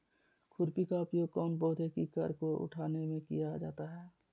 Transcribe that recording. खुरपी का उपयोग कौन पौधे की कर को उठाने में किया जाता है?